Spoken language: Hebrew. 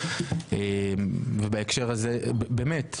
ובהקשר הזה באמת,